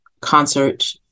concert